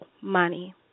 money